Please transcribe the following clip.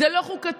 זה לא חוקתי.